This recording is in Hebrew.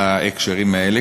בהקשרים האלה.